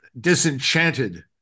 disenchanted